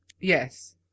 Yes